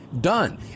done